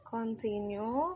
Continue